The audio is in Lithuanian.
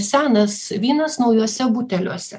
senas vynas naujuose buteliuose